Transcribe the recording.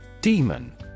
Demon